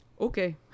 Okay